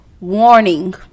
Warning